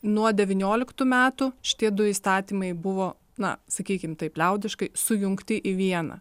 nuo devynioliktų metų šitie du įstatymai buvo na sakykim taip liaudiškai sujungti į vieną